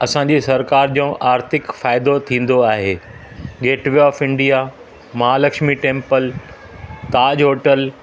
असांजी सरकार जो आर्थिक फ़ाइदो थींदो आहे Gateway of India Mahalaxmi temple Taj hotel